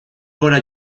gora